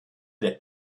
der